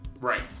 Right